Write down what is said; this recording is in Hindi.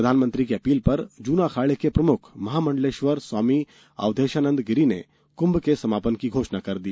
प्रधानमंत्री की अपील पर जूना अखाड़े के प्रमुख महामंडलेश्वर स्वामी अवधेशानंद गिरि ने कुंभ के समापन की घोषणा कर दी